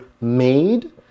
made